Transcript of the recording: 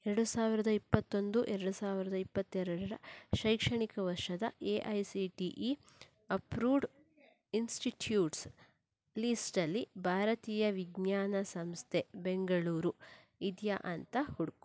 ಎರಡು ಸಾವಿರದ ಇಪ್ಪತ್ತೊಂದು ಎರಡು ಸಾವಿರದ ಇಪ್ಪತ್ತೆರಡರ ಶೈಕ್ಷಣಿಕ ವರ್ಷದ A I C T E approved institutes ಲೀಸ್ಟಲ್ಲಿ ಭಾರತೀಯ ವಿಜ್ಞಾನ ಸಂಸ್ಥೆ ಬೆಂಗಳೂರು ಇದೆಯಾ ಅಂತ ಹುಡುಕು